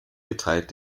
geteilt